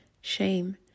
shame